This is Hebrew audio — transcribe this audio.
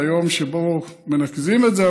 זה היום שבו מנקזים את זה,